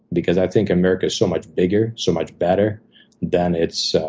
because i think america is so much bigger, so much better than its